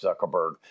zuckerberg